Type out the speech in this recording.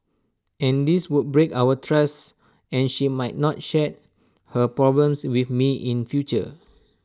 and this would break our trusts and she might not share her problems with me in future